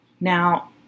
Now